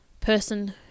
person